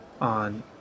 on